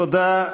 תודה.